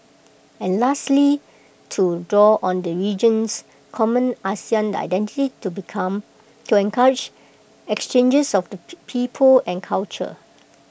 and lastly to draw on the region's common Asian identity to become to encourage exchanges of people and culture